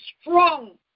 strong